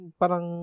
parang